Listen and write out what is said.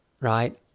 right